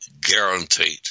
Guaranteed